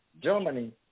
Germany